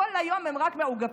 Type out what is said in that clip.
כל היום הם רק מאוגפים.